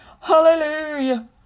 Hallelujah